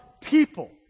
people